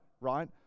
Right